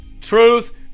truth